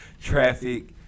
Traffic